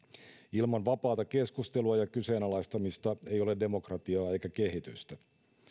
ilman vapaata keskustelua ja kyseenalaistamista ei ole demokratiaa eikä kehitystä